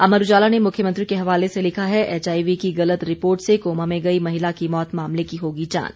अमर उजाला ने मुख्यमंत्री के हवाले से लिखा है एचआईवी की गलत रिपोर्ट से कोमा में गई महिला की मौत मामले की होगी जांच